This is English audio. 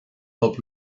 help